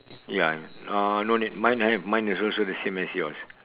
ya uh no need mine have mine is also the same as yours